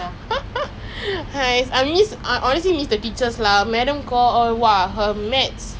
!wah! I really miss secondary school like friends the times like I always do homework leh